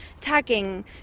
tagging